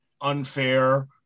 unfair